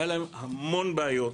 היו להם המון בעיות,